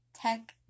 Tech